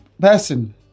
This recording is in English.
person